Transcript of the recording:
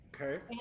okay